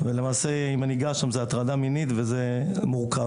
ולמעשה, אם אני אגע שם זו הטרדה מינית וזה מורכב.